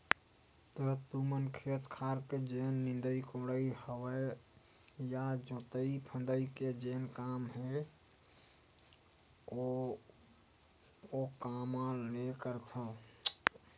त तुमन खेत खार के जेन निंदई कोड़ई हवय या जोतई फंदई के जेन काम ल हे ओ कामा ले करथव?